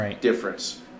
difference